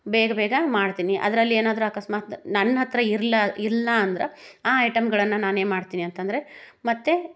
ಬೇಗ ಬೇಗ ಮಾಡ್ತೀನಿ ಅದರಲ್ಲಿ ಏನಾದರೂ ಅಕಸ್ಮಾತು ನನ್ನ ಹತ್ರ ಇರಲ್ಲ ಇಲ್ಲ ಅಂದ್ರೆ ಆ ಐಟಂಗಳನ್ನು ನಾನೇನು ಮಾಡ್ತೀನಿ ಅಂತಂದರೆ ಮತ್ತು